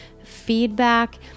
feedback